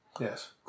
Yes